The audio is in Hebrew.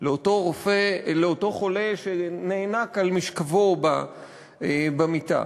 לאותו חולה שנאנק על משכבו במיטה?